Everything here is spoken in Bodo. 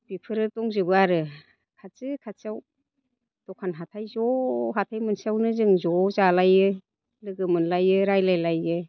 बिफोरो दंजोबो आरो खाथि खाथियाव दखान हाथाइ ज' हाथाइ मोनसेयावनो जों ज' जालायो लोगोमोनलायो रायज्लायलायो